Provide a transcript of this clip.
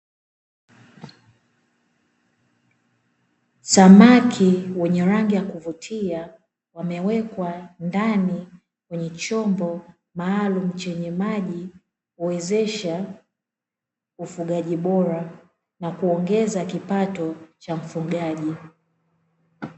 Samaki wenye rangi ya kuvutia wamewekwa ndani, kwenye chombo maalumu chenye maji na kuwezesha ufugaji bora na kuongeza kipato cha mfugaji.